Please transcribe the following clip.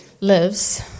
lives